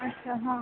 अच्छा हा